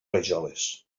rajoles